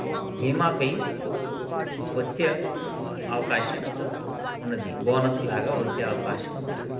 బీమా పెయ్ వచ్చే అవకాశం ఉన్నది బోనస్లాగా వచ్చే అవకాశం ఉన్నది